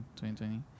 2020